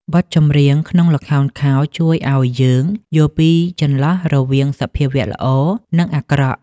បទចម្រៀងក្នុងល្ខោនខោលជួយឱ្យយើងយល់ពីជម្លោះរវាងសភាវៈល្អ និងអាក្រក់។